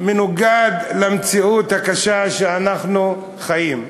שמנוגד למציאות הקשה שאנחנו חיים.